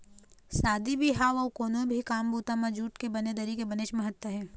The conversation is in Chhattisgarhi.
शादी बिहाव अउ कोनो भी काम बूता म जूट के बने दरी के बनेच महत्ता हे